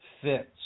fits